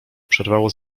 przerwało